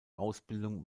ausbildung